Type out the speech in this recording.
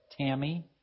Tammy